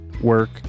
work